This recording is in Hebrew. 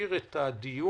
אשאיר את הדיון